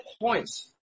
points